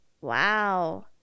Wow